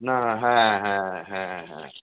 না হ্যাঁ হ্যাঁ হ্যাঁ হ্যাঁ